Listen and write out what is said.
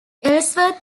ellsworth